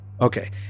Okay